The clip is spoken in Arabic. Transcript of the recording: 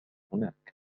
هناك